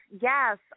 yes